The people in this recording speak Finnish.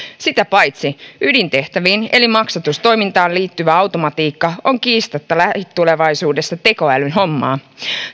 sitä paitsi ydintehtäviin eli maksatustoimintaan liittyvä automatiikka on kiistatta lähitulevaisuudessa tekoälyn hommaa